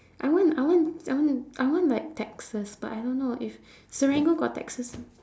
I want I want I want I want like texas but I don't know if serangoon got texas